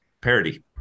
Parody